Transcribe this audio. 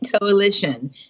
Coalition